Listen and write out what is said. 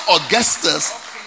Augustus